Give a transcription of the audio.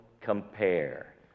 compare